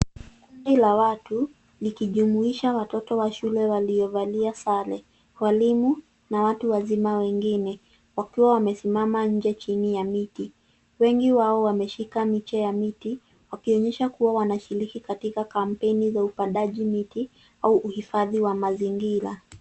Kundi la watu, likijumuisha watoto wa shule waliovalia sare, walimu, na watu wazima wengine, wakiwa wamesimama nje chini ya miti. Wengi wao wameshika miche ya miti, wakionyesha kuwa wanashiriki katika kampeni za upandaji miti, au uhifadhi wa mazingira.